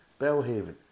Bellhaven